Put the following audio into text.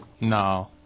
No